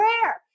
prayer